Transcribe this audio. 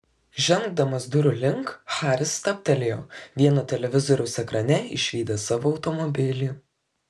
žengdamas durų link haris stabtelėjo vieno televizoriaus ekrane išvydęs savo automobilį